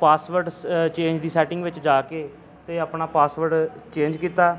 passwords change ਦੀ setting ਵਿੱਚ ਜਾ ਕੇ ਅਤੇ ਆਪਣਾ ਪਾਸਵਰਡ ਚੇਂਜ ਕੀਤਾ